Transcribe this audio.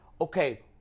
okay